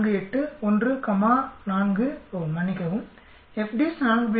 48 1 comma 4 ஓ மன்னிக்கவும் FDIST 4